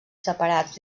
separats